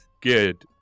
Good